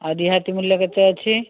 ଆଉ ରିହାତି ମୂଲ୍ୟ କେତେ ଅଛି